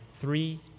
three